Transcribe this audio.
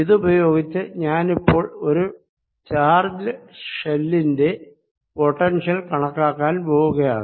ഇതുപയോഗിച്ച് ഞാനിപ്പോൾ ഒരു ചാർജ്ഡ് ഷെല്ലിന്റെ പൊട്ടൻഷ്യൽ കണക്കാക്കാൻ പോകുകയാണ്